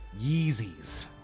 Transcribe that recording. Yeezys